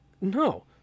No